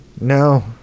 No